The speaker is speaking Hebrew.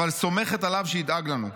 אבל סומכת עליו שידאג לנו.